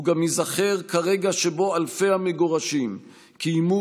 הוא גם ייזכר כרגע שבו אלפי המגורשים קיימו